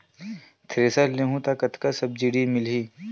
Thresher लेहूं त कतका सब्सिडी मिलही?